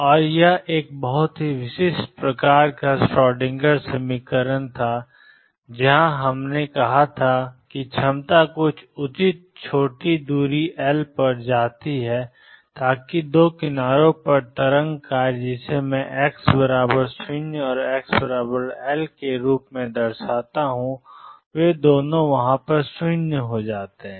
और यह एक बहुत ही विशिष्ट प्रकार का श्रोडिंगर समीकरण था जहां हमने कहा था कि क्षमता कुछ उचित छोटी दूरी एल पर जाती है ताकि दो किनारों पर तरंग कार्य जिसे मैं एक्स 0 और एक्स एल के रूप में दर्शाता हूं वे दोनों 0 हैं